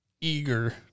eager